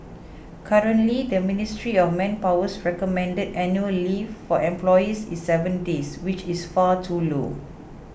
currently the Ministry of Manpower's recommended annual leave for employees is seven days which is far too low